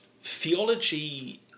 theology